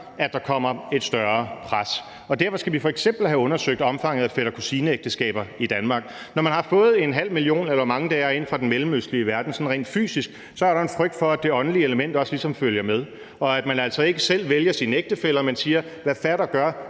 at der kommer et større pres. Derfor skal vi f.eks. have undersøgt omfanget af fætter-kusine-ægteskaber i Danmark. Når man har fået en halv million, eller hvor mange det er, ind fra den mellemøstlige verden sådan rent fysisk, er der en frygt for, at det åndelige element også ligesom følger med, og at man altså ikke selv vælger sine ægtefæller, men siger: Hvad fatter gør,